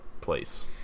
place